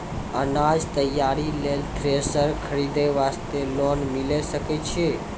अनाज तैयारी लेल थ्रेसर खरीदे वास्ते लोन मिले सकय छै?